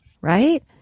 right